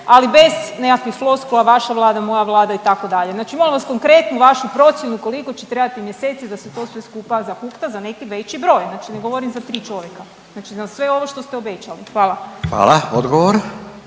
ali bez nekakvih floskula vaša vlada, moja vlada, itd. Znači molim vas konkretnu vašu procjenu koliko će trebati mjeseci da se to sve skupa zahukta za neki veći broj, znači ne govorim za 3 čovjeka. Znači na sve ovo što ste obećali. Hvala. **Radin,